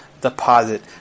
deposit